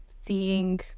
seeing